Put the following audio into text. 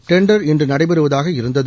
tender இன்று நடைபெறுவதாக இருந்தது